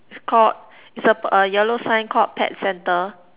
its called it's a uh yellow sign called pet centre